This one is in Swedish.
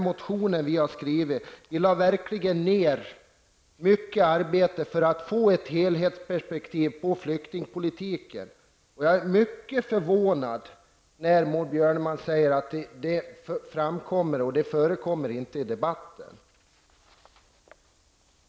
Vi lade verkligen ned mycket arbete med vår motion för att få ett helhetsperspektiv på flyktingpolitiken. Jag blir mycket förvånad när Maud Björnemalm, att ett sådant perspektiv inte förekommer i debatten.